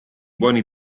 buoni